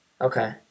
Okay